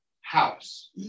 house